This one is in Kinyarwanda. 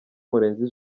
murenzi